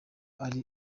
ari